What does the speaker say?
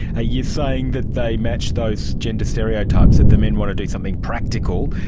ah you saying that they match those gender stereotypes, that the men what to do something practical,